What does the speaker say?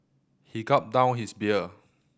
he gulped down his beer